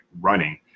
running